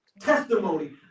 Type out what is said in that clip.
Testimony